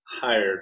hired